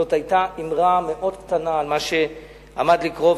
זאת היתה אמרה מאוד קטנה על מה שעמד לקרות.